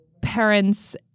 parents